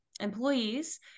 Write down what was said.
employees